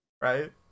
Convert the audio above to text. right